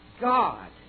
God